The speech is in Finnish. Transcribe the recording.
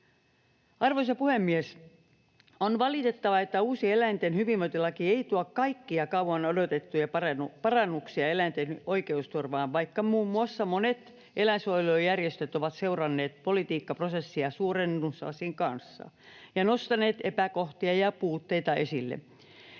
Arvoisa puhemies! On valitettavaa, että uusi eläinten hyvinvointilaki ei tuo kaikkia kauan odotettuja parannuksia eläinten oikeusturvaan, vaikka muun muassa monet eläinsuojelujärjestöt ovat seuranneet politiikkaprosessia suurennuslasin kanssa ja nostaneet epäkohtia ja puutteita esille.